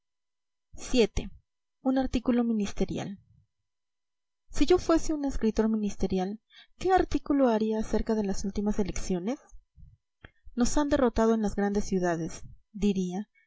vii un artículo ministerial si yo fuese un escritor ministerial qué artículo haría acerca de las últimas elecciones nos han derrotado en las grandes